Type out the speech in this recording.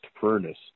furnace